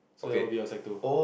so it will be your sec two